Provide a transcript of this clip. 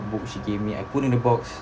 notebook she gave me I put in a box